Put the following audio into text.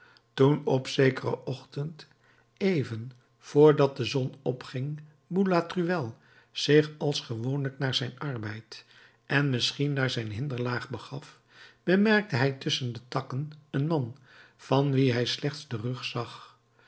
toen op zekeren ochtend even vr dat de zon opging boulatruelle zich als gewoonlijk naar zijn arbeid en misschien naar zijn hinderlaag begaf bemerkte hij tusschen de takken een man van wien hij slechts den rug zag